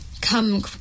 Come